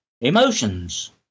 Emotions